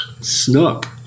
Snook